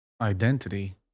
identity